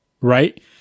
right